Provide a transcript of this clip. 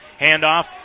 Handoff